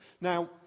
Now